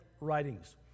writings